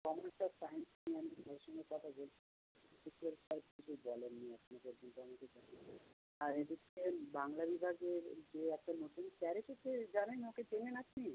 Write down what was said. commerce আর science নিয়ে আমি ওনার সঙ্গে কথা বলছিলাম কিন্তু স্যার কিছু বলেন নি এখনো পর্যন্ত আমাকে স্যার আর এদিকে বাংলা বিভাগের যে একটা নতুন স্যার এসেছে জানেন ওকে চেনেন আপনি